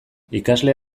ikasle